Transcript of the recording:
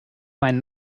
meinen